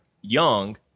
young